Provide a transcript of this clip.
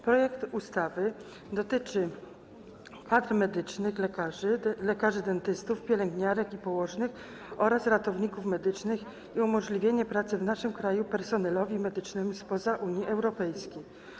Projekt ustawy dotyczy kadr medycznych: lekarzy, lekarzy dentystów, pielęgniarek i położnych oraz ratowników medycznych i ma na celu umożliwienie pracy w naszym kraju personelowi medycznemu spoza Unii Europejskiej.